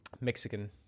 mexican